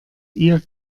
ihr